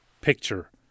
Picture